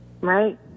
Right